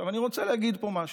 אני רוצה להגיד פה משהו.